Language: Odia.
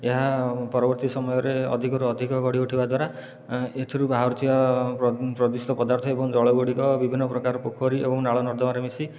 ଏହା ପରବର୍ତ୍ତୀ ସମୟରେ ଅଧିକରୁ ଅଧିକ ଗଢ଼ି ଉଠିବା ଦ୍ୱାରା ଏଥିରୁ ବାହାରୁ ଥିବା ପ୍ରଦୂଷିତ ପ୍ରଦାର୍ଥ ଏବଂ ଜଳ ଗୁଡ଼ିକ ବିଭିନ୍ନ ପ୍ରକାର ପୋଖରୀ ଏବଂ ନାଳ ନର୍ଦ୍ଦମାରେ ମିଶି